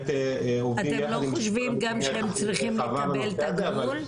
אתם לא חושבים גם שהם צריכים לקבל את הגמול?